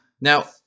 Now